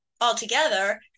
altogether